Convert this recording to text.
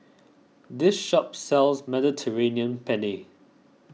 this shop sells Mediterranean Penne